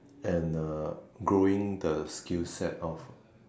and uh growing the skill set of